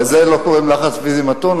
לזה לא קוראים לחץ פיזי מתון.